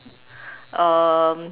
um